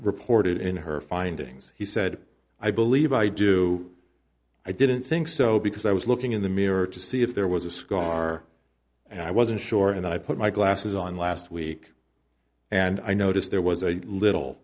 reported in her findings he said i believe i do i didn't think so because i was looking in the mirror to see if there was a scar and i wasn't sure and i put my glasses on last week and i noticed there was a little